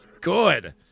good